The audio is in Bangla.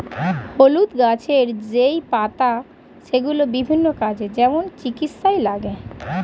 হলুদ গাছের যেই পাতা সেগুলো বিভিন্ন কাজে, যেমন চিকিৎসায় লাগে